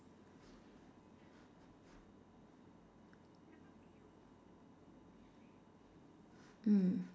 mm